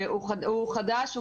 הוא חדש.